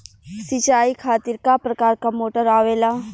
सिचाई खातीर क प्रकार मोटर आवेला?